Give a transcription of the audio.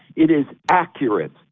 it is accurate.